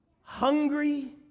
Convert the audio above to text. hungry